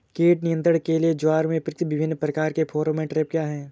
कीट नियंत्रण के लिए ज्वार में प्रयुक्त विभिन्न प्रकार के फेरोमोन ट्रैप क्या है?